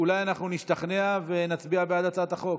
אולי אנחנו נשתכנע ונצביע בעד הצעת החוק.